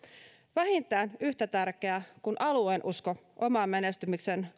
vähintään yhtä tärkeää kuin alueen usko omaan menestymiseen